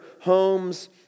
homes